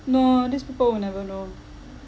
no these people will never know